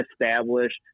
established